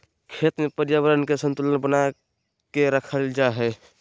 खेत में पर्यावरण के संतुलन बना के रखल जा हइ